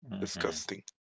Disgusting